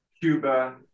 Cuba